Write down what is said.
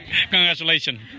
Congratulations